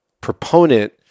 proponent